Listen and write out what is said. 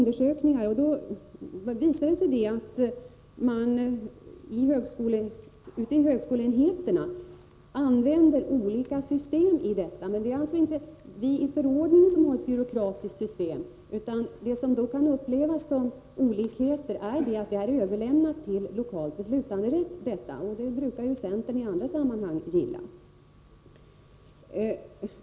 Det visar sig att man ute i högskoleenheterna använder olika system. Men det är alltså inte vi som i förordningen har bestämmelser som leder till ett byråkratiskt system, utan det som kan upplevas som olikheter är att detta är överlämnat till lokal beslutanderätt — det brukar ju centern i andra sammanhang gilla.